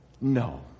No